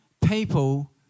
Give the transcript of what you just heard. people